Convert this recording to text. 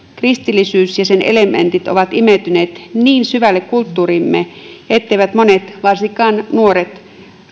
kristillisyys ja sen elementit ovat imeytyneet niin syvälle kulttuuriimme etteivät monet varsinkaan nuoret